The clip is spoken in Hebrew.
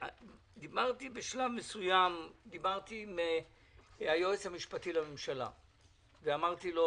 בשלב מסוים דיברתי עם היועץ המשפטי לממשלה ושאלתי אותו: